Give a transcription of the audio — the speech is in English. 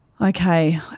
Okay